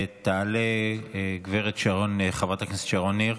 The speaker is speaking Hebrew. תעלה חברת הכנסת שרון ניר,